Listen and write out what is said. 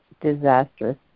disastrous